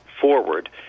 forward